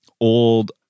old